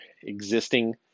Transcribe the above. existing